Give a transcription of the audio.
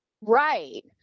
Right